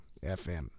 FM